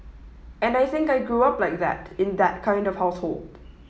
and I think I grew up like that in that kind of household